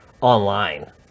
online